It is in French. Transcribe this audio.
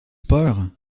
peur